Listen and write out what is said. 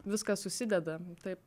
viskas susideda taip